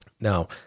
Now